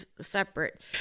separate